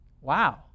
Wow